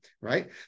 right